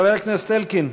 חבר הכנסת אלקין,